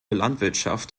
landwirtschaft